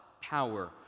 power